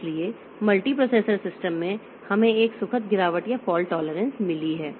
इसलिए multiprocessor system में हमें एक सुखद गिरावट या फाल्ट टॉलरेंस मिली है